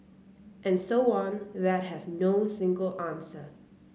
and so on that have no single answer